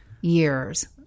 years